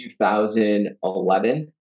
2011